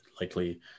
likely